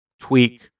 tweak